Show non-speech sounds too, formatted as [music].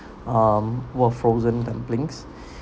um were frozen dumplings [breath]